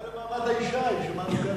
אולי למעמד האשה, לא.